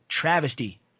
travesty